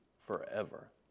forever